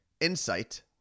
insight